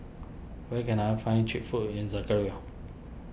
where can I find Cheap Food in